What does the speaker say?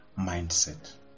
mindset